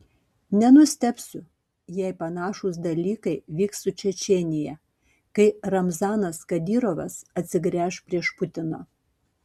nenustebsiu jei panašūs dalykai vyks su čečėnija kai ramzanas kadyrovas atsigręš prieš putiną